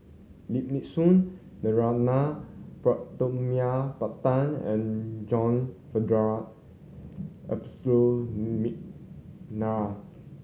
Lim Nee Soon Narana Putumaippittan and John Frederick Adolphus McNair